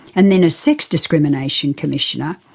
and then as sex discrimination commissioner,